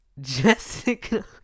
Jessica